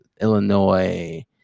Illinois